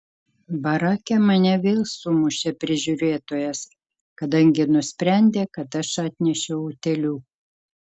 barake mane vėl sumušė prižiūrėtojas kadangi nusprendė kad aš atnešiau utėlių